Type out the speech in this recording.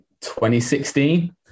2016